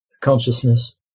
consciousness